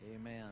Amen